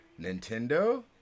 Nintendo